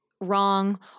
wrong